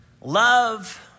love